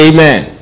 Amen